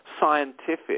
scientific